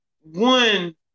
one